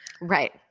Right